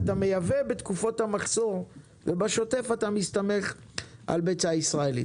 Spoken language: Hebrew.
ואתה מייבא בתקופות המחסור ובשוטף אתה מסתמך על ביצה ישראלית.